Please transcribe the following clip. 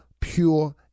pure